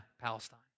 Palestine